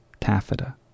taffeta